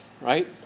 right